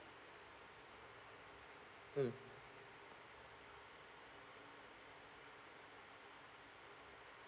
mm